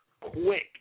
quick